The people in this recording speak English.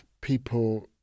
people